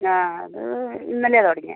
ആ അത് ഇന്നലെയാണ് തുടങ്ങിയത്